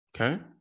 okay